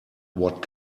what